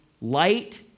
light